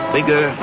Bigger